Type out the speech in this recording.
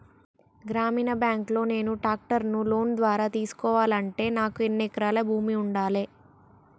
గ్రామీణ బ్యాంక్ లో నేను ట్రాక్టర్ను లోన్ ద్వారా తీసుకోవాలంటే నాకు ఎన్ని ఎకరాల భూమి ఉండాలే?